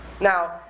Now